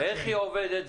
איך היא עובדת?